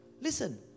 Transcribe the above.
listen